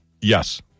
Yes